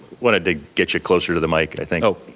wanted to get you closer to the mic i think. oh,